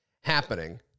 happening